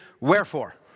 wherefore